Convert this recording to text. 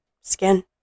skin